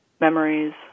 memories